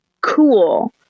cool